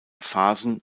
phasen